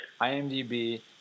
IMDb